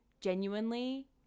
genuinely